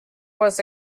was